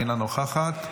אינה נוכחת.